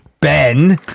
Ben